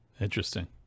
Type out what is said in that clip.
Interesting